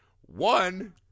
One